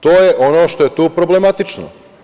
To je ono što je tu problematično.